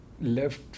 left